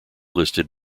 listed